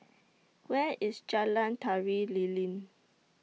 Where IS Jalan Tari Lilin